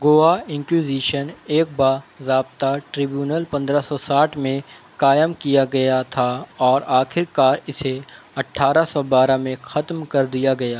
Goa inquisition ایک باضابطہ tribunal پندرہ سو ساٹھ میں قائم کیا گیا تھا اور آخر کار اسے اٹھارہ سو بارہ میں ختم کر دیا گیا